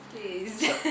Please